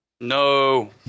No